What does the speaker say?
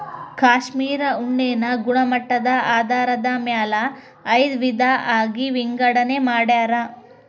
cashmere ಉಣ್ಣೆನ ಗುಣಮಟ್ಟದ ಆಧಾರದ ಮ್ಯಾಲ ಐದ ವಿಧಾ ಆಗಿ ವಿಂಗಡನೆ ಮಾಡ್ಯಾರ